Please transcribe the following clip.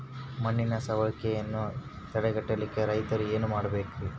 ಮಣ್ಣಿನ ಸವಕಳಿಯನ್ನ ತಡೆಗಟ್ಟಲಿಕ್ಕೆ ರೈತರು ಏನೇನು ಮಾಡಬೇಕರಿ?